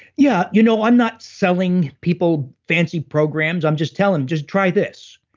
yeah. you know i'm not selling people fancy programs. i'm just telling, just try this.